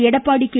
Edappadi K